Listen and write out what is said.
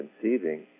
conceiving